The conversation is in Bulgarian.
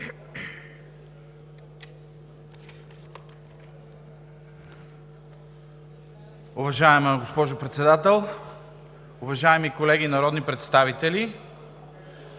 Уважаема госпожо Председател, уважаеми колеги народни представители!